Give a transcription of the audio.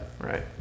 right